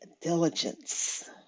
diligence